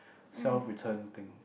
self return thing